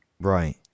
Right